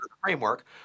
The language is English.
framework